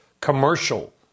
commercial